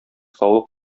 саулык